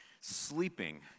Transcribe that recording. sleeping